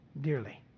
dearly